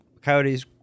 Coyote's